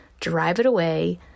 driveitaway